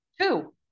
two